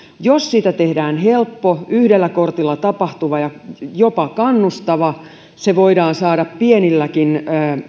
jos siitä tehdään helppo yhdellä kortilla tapahtuva ja jopa kannustava se voidaan saada pienilläkin